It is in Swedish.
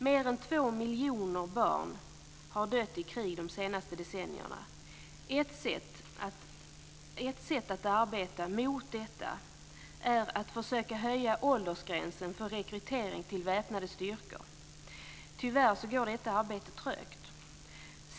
Mer än två miljoner barn har dött i krig de senaste decennierna. Ett sätt att arbeta mot detta är att försöka höja åldersgränsen för rekrytering till väpnade styrkor. Tyvärr går detta arbete trögt.